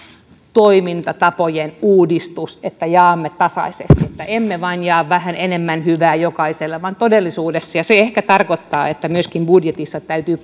toimintatapojen uudistus ja jaamme tasaisesti että emme vain jaa vähän enemmän hyvää jokaiselle vaan panostetaan todellisuudessa se ehkä tarkoittaa että myöskin budjetissa täytyy